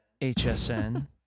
hsn